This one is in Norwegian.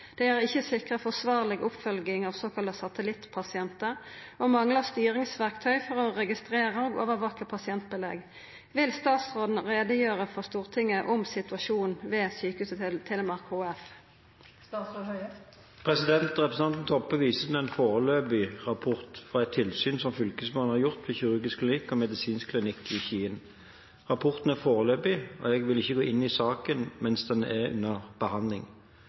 det konstatert tre avvik. Sykehuset Telemark HF har eit periodevis uforsvarleg høgt pasientbelegg, dei har ikkje sikra forsvarleg oppfølging av såkalla «satellittpasientar» og manglar styringsverktøy for å registrere og overvake pasientbelegg. Vil statsråden redegjere for Stortinget om situasjonen ved Sykehuset Telemark HF?» Representanten Toppe viser til en foreløpig rapport fra et tilsyn som Fylkesmannen har gjort ved Kirurgisk klinikk og Medisinsk klinikk i Skien. Rapporten er foreløpig, og jeg vil ikke gå inn i saken mens den er under behandling.